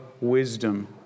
wisdom